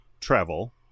travel